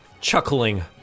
chuckling